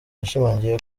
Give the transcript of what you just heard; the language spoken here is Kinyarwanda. yashimangiye